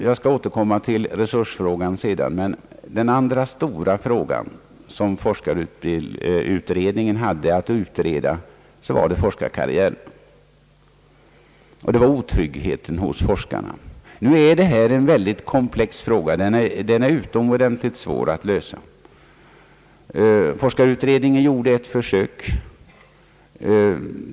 Jag skall återkomma till resursfrågan sedan, men jag vill först gå in på den andra stora fråga som forskarutredningen hade att utreda, nämligen forskarkarriären och otryggheten för forskarna. Denna fråga är mycket komplicerad och utomordentligt svår att lösa. Forskarutredningen gjorde ett försök.